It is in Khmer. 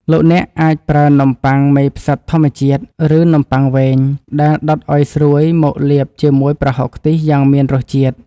លោកអ្នកអាចប្រើនំប៉័ងមេផ្សិតធម្មជាតិ ឬនំប៉័ងវែង ដែលដុតឱ្យស្រួយមកលាបជាមួយប្រហុកខ្ទិះយ៉ាងមានរសជាតិ។